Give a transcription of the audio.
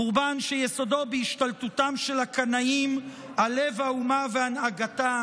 חורבן שיסודו בהשתלטותם של הקנאים על לב האומה והנהגתה